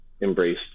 embrace